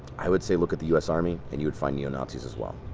i would say look at the u s. army and you would find neo-nazis as well.